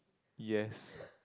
yes